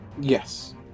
Yes